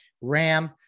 Ram